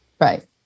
Right